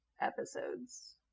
episodes